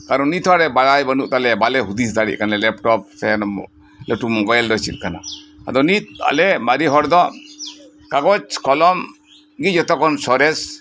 ᱠᱟᱨᱚᱱ ᱟᱞᱮ ᱱᱤᱛ ᱦᱚᱸ ᱵᱟᱲᱟᱭ ᱵᱟᱱᱩ ᱛᱟᱞᱮᱭᱟ ᱵᱟᱞᱮ ᱦᱩᱫᱤᱥ ᱫᱟᱲᱮᱭᱟᱜ ᱠᱟᱱᱟ ᱞᱮᱯᱴᱚᱯ ᱥᱮ ᱞᱟᱴᱩ ᱢᱚᱵᱟᱭᱤᱞ ᱪᱮᱜ ᱠᱟᱱᱟ ᱟᱫᱚ ᱱᱤᱛ ᱟᱞᱮ ᱢᱟᱨᱮ ᱦᱚᱲ ᱫᱚ ᱠᱟᱜᱚᱡᱽ ᱠᱚᱞᱚᱢ ᱜᱤ ᱡᱚᱛᱚ ᱠᱷᱚᱱ ᱥᱚᱨᱮᱥ